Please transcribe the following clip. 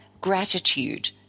gratitude